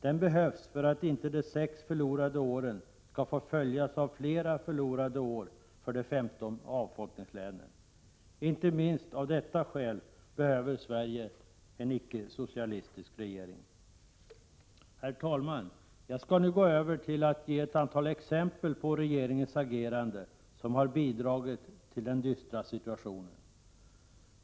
Den behövs för att inte de sex förlorade åren skall få följas av fler förlorade år för de femton avfolkningslänen. Inte minst av detta skäl behöver Sverige en icke-socialistisk regering. Herr talman! Jag skall nu gå över till att ge ett antal exempel på regeringens agerande, som har bidragit till den dystra situationen.